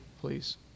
please